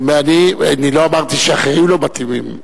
אני לא אמרתי שאחרים לא מתאימים.